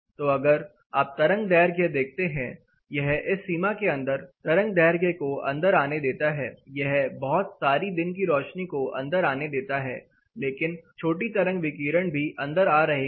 तो अगर आप तरंगदैर्घ्य देखते हैं यह इस सीमा के अंदर तरंगदैर्घ्य को अंदर आने देता है यह बहुत सारी दिन की रोशनी को अंदर आने देता है लेकिन छोटी तरंग विकिरण भी अंदर आ रहे हैं